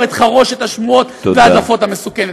את חרושת השמועות וההדלפות המסוכנת הזאת.